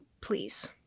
please